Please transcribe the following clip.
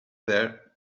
there